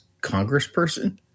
congressperson